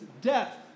death